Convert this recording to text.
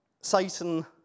Satan